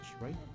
right